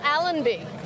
Allenby